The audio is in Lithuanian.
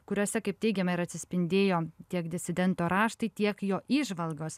kuriose kaip teigiama ir atsispindėjo tiek disidento raštai tiek jo įžvalgos